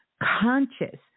conscious